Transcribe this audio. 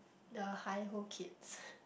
the HiHo Kids